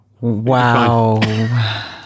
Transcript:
Wow